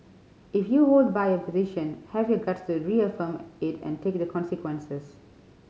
if you hold by your position have your guts to reaffirm it and take the consequences